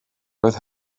roedd